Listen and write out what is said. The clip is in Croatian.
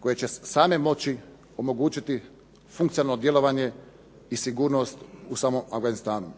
koje će same moći omogućiti funkcionalno djelovanje i sigurnost u samom Afganistanu.